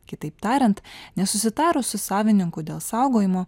kitaip tariant nesusitarus su savininku dėl saugojimo